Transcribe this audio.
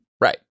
right